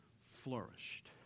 flourished